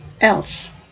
else